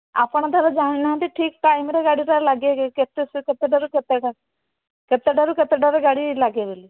ଆପଣ ତା'ହେଲେ ଜାଣିନାହାନ୍ତି ଠିକ ଟାଇମରେ ଗାଡ଼ିଟା ଲାଗେ କେତେ କେତେଟାରୁ କେତେଟା କେତେଟାରୁ କେତେଟାରେ ଗାଡ଼ି ଲାଗେ ବୋଲି